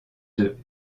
deux